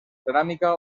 ceràmica